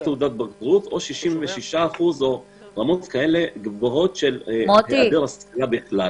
תעודת בגרות או 66% או רמות כאלה גבוהות של היעדר השכלה בכלל.